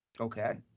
okay